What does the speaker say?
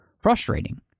frustrating